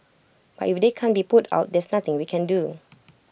but if they can't be put out there's nothing we can do